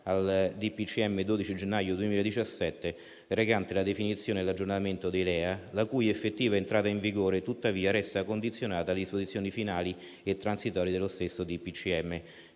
del 12 gennaio 2017, recante la definizione e l'aggiornamento dei LEA, la cui effettiva entrata in vigore, tuttavia, resta condizionata alle disposizioni finali e transitorie dello stesso